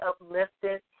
uplifted